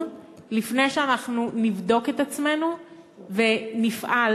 לפני שאנחנו נבדוק את עצמנו ונפעל,